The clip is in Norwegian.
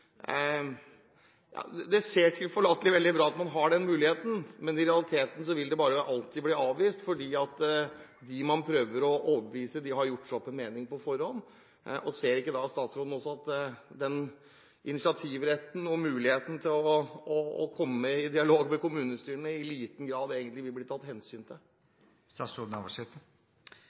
ser tilforlatelig og veldig bra ut at man har denne muligheten, men i realiteten vil det alltid bli avvist fordi de man prøver å overbevise, har gjort seg opp en mening på forhånd? Ser ikke statsråden også at den initiativretten og muligheten for å komme i dialog med kommunestyret egentlig i liten grad vil bli tatt hensyn til?